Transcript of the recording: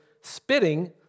spitting